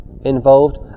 involved